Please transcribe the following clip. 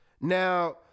Now